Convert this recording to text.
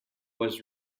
was